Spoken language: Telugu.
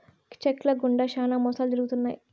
చెక్ ల గుండా శ్యానా మోసాలు జరుగుతున్నాయి